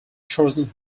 trojan